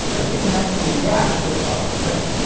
as they can actually react to the phone's ring.